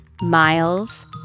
Miles